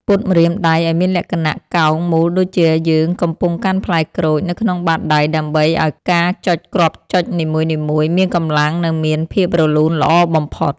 ពត់ម្រាមដៃឱ្យមានលក្ខណៈកោងមូលដូចជាយើងកំពុងកាន់ផ្លែក្រូចនៅក្នុងបាតដៃដើម្បីឱ្យការចុចគ្រាប់ចុចនីមួយៗមានកម្លាំង និងមានភាពរលូនល្អបំផុត។